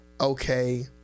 okay